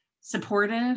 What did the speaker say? supportive